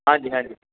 ਹਾਂਜੀ ਹਾਂਜੀ